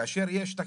כאשר יש תקציבים,